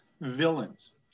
villains